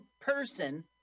person